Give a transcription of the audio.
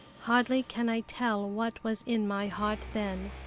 hardly can i tell what was in my heart then.